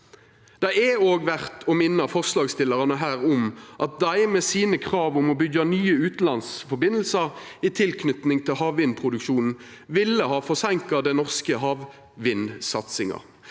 Det er òg verdt å minna forslagsstillarane om at dei med krava om å byggja nye utanlandsforbindelsar i tilknyting til havvindproduksjonen ville ha forseinka den norske havvindsatsinga.